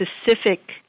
specific